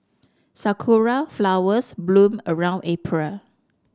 sakura flowers bloom around April